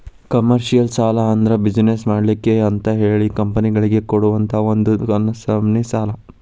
commercial ಸಾಲಾ ಅಂದ್ರ business ಮಾಡ್ಲಿಕ್ಕೆ ಅಂತಹೇಳಿ ಕಂಪನಿಗಳಿಗೆ ಕೊಡುವಂತಾ ಒಂದ ನಮ್ನಿ ಸಾಲಾ